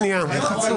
צא בבקשה.